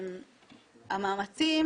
המאמצים